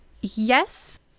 Yes